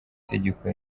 tegeko